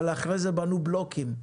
אבל אחרי זה בנו בלוקים,